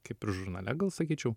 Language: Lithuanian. kaip ir žurnale gal sakyčiau